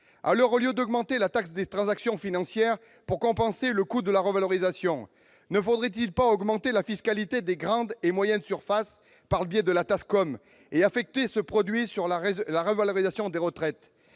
Alors, au lieu d'augmenter la taxe sur les transactions financières pour compenser le coût de la revalorisation, ne faudrait-il pas augmenter la fiscalité des grandes et moyennes surfaces, la taxe sur les surfaces commerciales, ou TASCOM, et affecter ce produit à la revalorisation des retraites ?